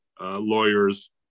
lawyers